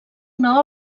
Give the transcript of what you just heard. una